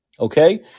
Okay